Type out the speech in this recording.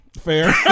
Fair